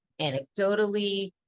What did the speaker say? anecdotally